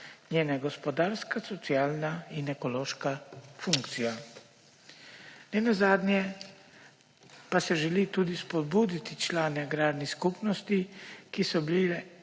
funkcije: gospodarska, socialna in ekološka. Nenazadnje pa se želi tudi spodbuditi člane agrarnih skupnosti, ki so bile